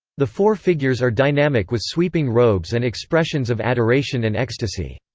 the four figures are dynamic with sweeping robes and expressions of adoration and ecstasy.